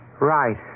Right